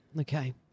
Okay